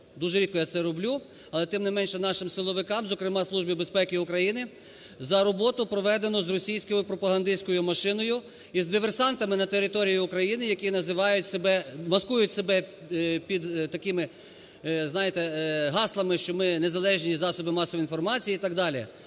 дуже рідко я це роблю, але тим не менше нашим силовикам, зокрема, Службі безпеки України. За роботу проведену з російськими пропагандистською машиною і з диверсантами на території України, які називають себе… маскують себе під такими, знаєте, гаслами, що ми незалежні засоби масової інформації і так далі.